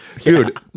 Dude